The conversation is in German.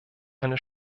eine